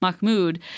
Mahmoud